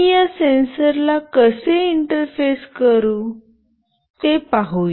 मी या सेन्सरला कसे इंटरफेस करू ते पाहू